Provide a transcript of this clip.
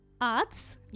Arts